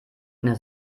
eine